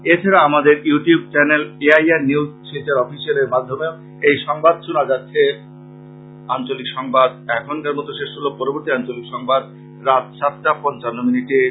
এছাড়া আমাদের YouTube channel A I R news Silchar অফিসিয়ালের মাধ্যমেও এই সংবাদ শোনা যাচ্ছে